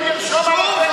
טובה,